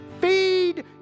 Feed